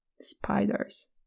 Spiders